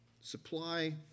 Supply